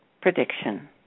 prediction